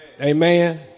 Amen